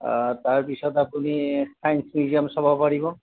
তাৰপিছত আপুনি science museum চাব পাৰিব